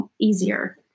easier